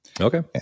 Okay